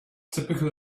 typical